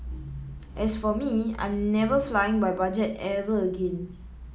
as for me I'm never flying by budget ever again